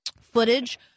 footage